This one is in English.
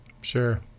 Sure